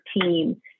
team